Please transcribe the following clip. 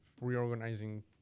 reorganizing